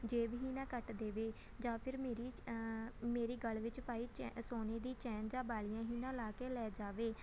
ਜੇਬ ਹੀ ਨਾ ਕੱਟ ਦੇਵੇ ਜਾਂ ਫਿਰ ਮੇਰੀ ਮੇਰੀ ਗਲ ਵਿੱਚ ਪਾਈ ਚੈ ਸੋਨੇ ਦੀ ਚੈਨ ਜਾਂ ਵਾਲ਼ੀਆਂ ਹੀ ਨਾ ਲਾਹ ਕੇ ਲੈ ਜਾਵੇ